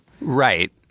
Right